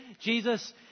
Jesus